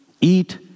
eat